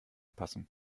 passen